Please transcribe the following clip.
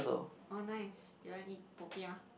oh nice do you want eat popiah